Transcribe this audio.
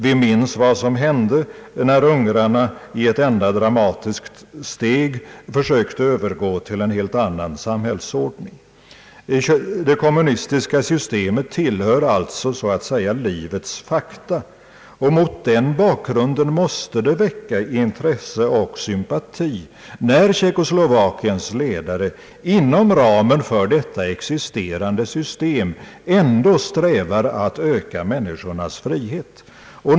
Vi minns vad som hände när ungrarna i ett enda dramatiskt steg försökte övergå till en helt annan samhällsordning. Det kommunistiska systemet tillhör därför så att säga livets fakta, och mot den bakgrunden måste det väcka intresse och sympati när Tjeckoslovakiens ledare inom ramen för detta existerande system ändå strävar efter att öka människornas frihet.